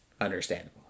understandable